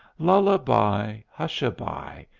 lull-a-by! hush-a-by,